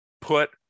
put